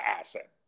asset